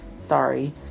Sorry